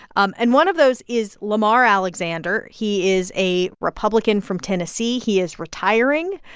um and one of those is lamar alexander. he is a republican from tennessee. he is retiring.